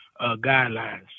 guidelines